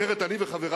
אחרת אני וחברי,